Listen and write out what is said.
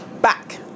back